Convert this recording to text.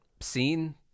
seen